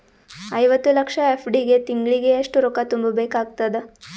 ಐವತ್ತು ಲಕ್ಷ ಎಫ್.ಡಿ ಗೆ ತಿಂಗಳಿಗೆ ಎಷ್ಟು ರೊಕ್ಕ ತುಂಬಾ ಬೇಕಾಗತದ?